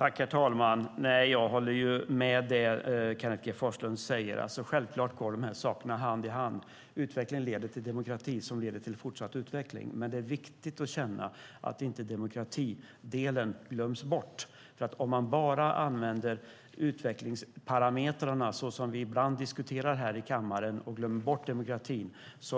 Herr talman! Jag håller med om det som Kenneth G Forslund säger. Självfallet går dessa saker hand i hand. Utveckling leder till demokrati som leder till fortsatt utveckling. Men det är viktigt att känna att demokratidelen inte glöms bort. Om man bara använder utvecklingsparametrarna, så som vi ibland diskuterar här i kammaren, och glömmer bort demokratin